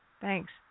Thanks